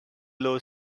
low